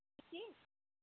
किती